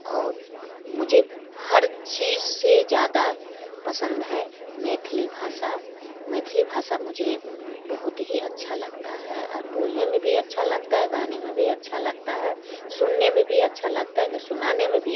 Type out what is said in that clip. और मुझे हर चीज़ से ज़्यादा पसंद है मैथिली भाषा मैथिली भाषा मुझे बहुत ही अच्छा लगता है और बोलने में भी अच्छा लगता है गाने में भी अच्छा लगता है सुनने में भी अच्छा लगता है कि सुनाने में भी